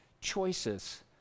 choices